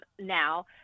now